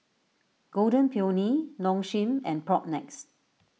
Golden Peony Nong Shim and Propnex